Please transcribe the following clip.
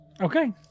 Okay